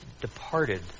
departed